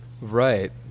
Right